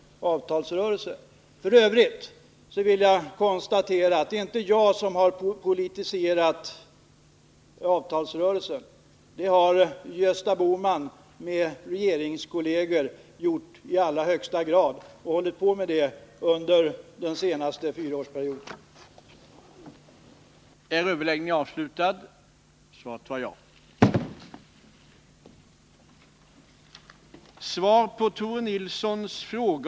Vill statsrådet överväga bestämmelser som kan möjliggöra att synnerligen förtjänta medborgare, såsom Ingemar Stenmark, som erhåller hög inkomst en kort period, erhåller den skattelindring som är ett naturligt uttryck för vårt folks värderingar och som onödiggör flyttning till utrikes ort?